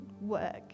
work